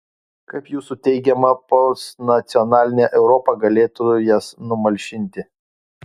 kaip jūsų teigiama postnacionalinė europa galėtų jas numalšinti